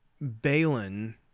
Balin